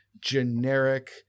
generic